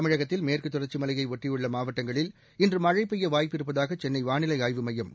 தமிழகத்தின் மேற்குத் தொடர்ச்சி மலையை ஒட்டியுள்ள மாவட்டங்களில் இன்று மழை பெய்ய வாய்ப்பிருப்பதாக சென்னை வானிலை ஆய்வு மைய இயக்குநர் திரு